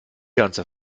ganze